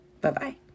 Bye-bye